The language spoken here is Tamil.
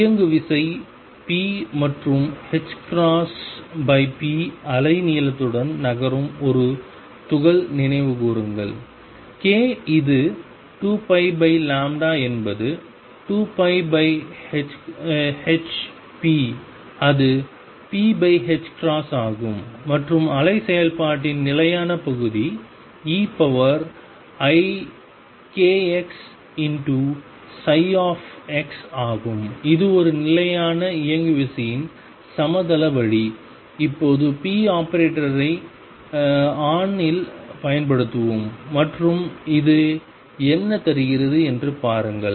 இயங்குவிசை p மற்றும் hp அலை நீளத்துடன் நகரும் ஒரு துகள் நினைவுகூருங்கள் k இது 2π என்பது 2πhp அது p ஆகும் மற்றும் அலை செயல்பாட்டின் நிலையான பகுதி eikxx ஆகும் இது ஒரு நிலையான இயங்குவிசையின் சமதள வழி இப்போது p ஆபரேட்டரை on இல் பயன்படுத்துவோம் மற்றும் அது என்ன தருகிறது என்று பாருங்கள்